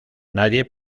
nadie